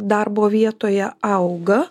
darbo vietoje auga